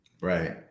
Right